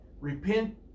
repent